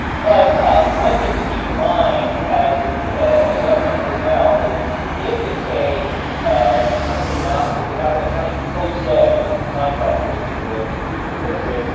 but one thing to keep in mind as and a a government personnel is, if it's a a company not without an attorney pro se contractor, is is the way we refer to it,